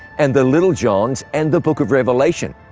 and the little johns, and the book of revelation.